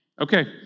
Okay